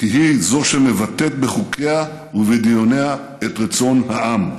כי היא שמבטאת בחוקיה ובדיוניה את רצון העם.